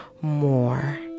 more